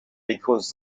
because